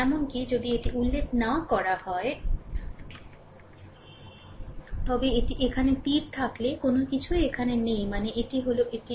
এমনকি যদি এটি উল্লেখ না করা হয় তবে এটি এখানে তীর থাকলে কোনও কিছুই এখানে নেই মানে এটি হল এটি